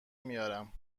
میارم